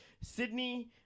Sydney